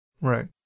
right